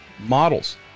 models